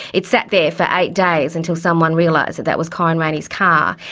it sat there for eight days until someone realised that that was corryn rayney's car,